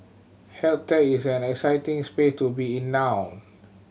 health tech is an exciting space to be in now